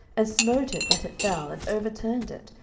and smote it that it fell, and overturned it,